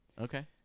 Okay